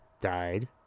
died